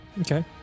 Okay